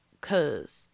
cause